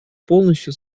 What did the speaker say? полностью